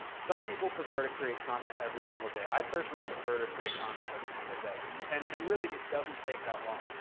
some people prefer to create content every single day. i personally prefer to create content every single day. and and and really, it doesn't take that long.